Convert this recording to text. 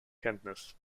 kenntnis